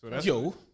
Yo